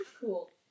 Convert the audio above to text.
Cool